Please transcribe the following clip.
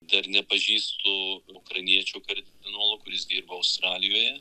dar nepažįstu ukrainiečių kardinolo kuris dirbo australijoje